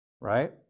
right